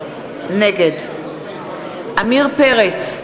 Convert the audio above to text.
נגד עמיר פרץ,